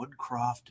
Woodcroft